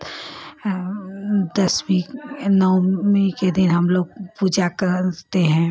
दसवीं नवमी के दिन हम लोग पूजा करते हैं